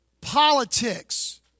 Politics